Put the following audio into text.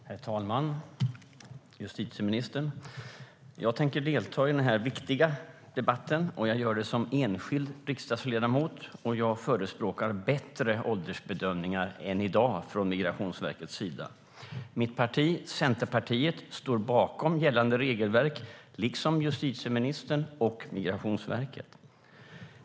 Herr talman! Justitieministern! Jag tänker delta i denna viktiga debatt som enskild riksdagsledamot. Jag förespråkar bättre åldersbedömningar än i dag från Migrationsverkets sida. Mitt parti, Centerpartiet, står bakom gällande regelverk, liksom justitieministern och Migrationsverket.